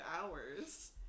hours